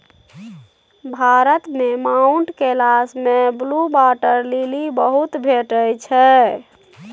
भारत मे माउंट कैलाश मे blue water lily बहुत भेटै छै